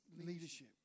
leadership